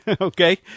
okay